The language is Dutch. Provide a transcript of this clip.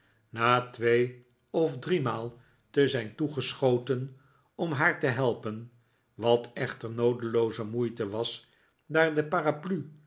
na twee of driemaal te zijn toegeschoten om haar te helpen wat echter noodelooze moeite was daar de paraplu